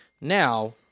Now